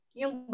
yung